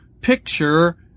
picture